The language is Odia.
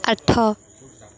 ଆଠ